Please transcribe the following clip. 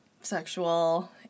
sexual